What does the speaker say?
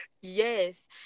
Yes